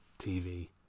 TV